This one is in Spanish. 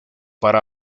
para